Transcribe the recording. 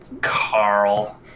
Carl